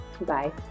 Bye